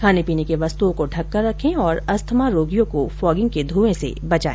खाने पीने के वस्तुओं को ढ़ककर रखें और अस्थमा रोगियों को फोगिंग के धूंए से बचाए